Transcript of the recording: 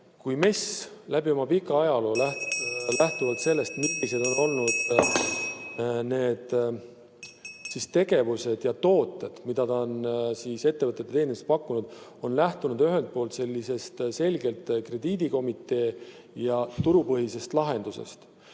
MES on läbi oma pika ajaloo, sõltuvalt sellest, millised on olnud need tegevused ja tooted, mida ta on ettevõtetele pakkunud, lähtunud ühelt poolt sellisest selgelt krediidikomitee ja turupõhisest lahendusest.